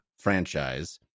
franchise